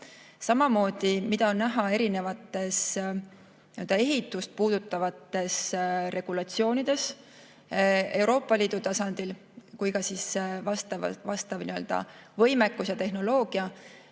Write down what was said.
Samamoodi on näha nii erinevates ehitust puudutavates regulatsioonides Euroopa Liidu tasandil kui ka vastava võimekuse ja tehnoloogia